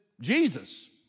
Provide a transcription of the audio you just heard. Jesus